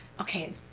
okay